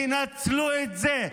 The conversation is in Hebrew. תנצלו את זה.